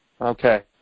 okay